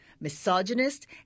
misogynist